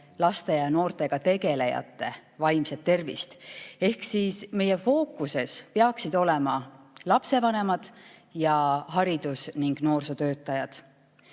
laste ja noortega tegelejate vaimset tervist. Ehk siis meie fookuses peaksid olema lapsevanemad ning haridus‑ ja noorsootöötajad.